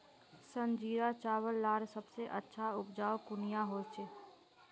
संजीरा चावल लार सबसे अच्छा उपजाऊ कुनियाँ होचए?